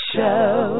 Show